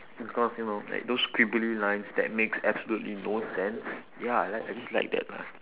because you know like those squiggly lines that makes absolutely no sense ya I like I just like that lah